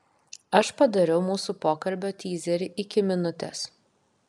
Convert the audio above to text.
aš padariau mūsų pokalbio tyzerį iki minutės